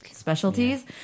Specialties